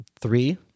three